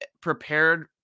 prepared